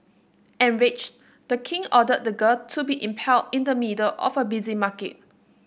enraged the king ordered the girl to be impaled in the middle of a busy market